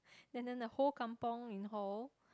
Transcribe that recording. and then the whole kampung in hall